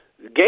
game